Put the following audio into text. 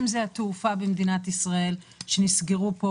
אם זה התעופה במדינת ישראל שנסגרו פה